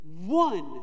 one